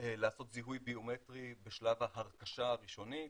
לעשות זיהוי ביומטרי בשלב ההרכשה הראשונית,